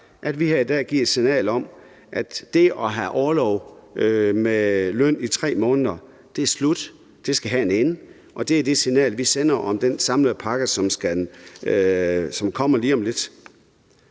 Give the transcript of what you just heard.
at vi her i dag sender et signal om, at det at have orlov med løn i 3 måneder er slut, at det skal have en ende, og det er det signal, vi sender om den samlede pakke, som kommer lige om lidt.